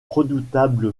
redoutable